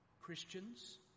Christians